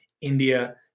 India